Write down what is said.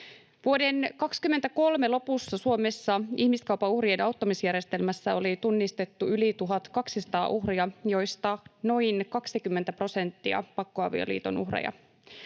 Vuoden 23 lopussa Suomessa ihmiskaupan uhrien auttamisjärjestelmässä oli tunnistettu yli 1 200 uhria, joista noin 20 prosenttia pakkoavioliiton uhreja.